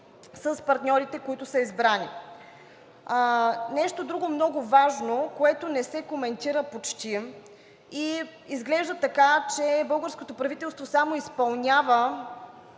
с партньорите, които са избрани. Нещо друго много важно, което не се коментира почти и изглежда така, че българското правителство само изпълнява